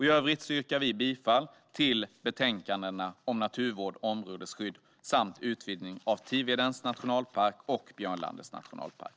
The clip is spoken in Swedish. I övrigt yrkar vi bifall till betänkandena om naturvård och områdesskydd samt utvidgning av Tivedens nationalpark och Björnlandets nationalpark.